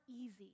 easy